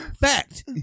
fact